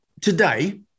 today